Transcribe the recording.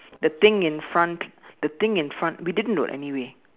the thing in front the thing in front we didn't do anyway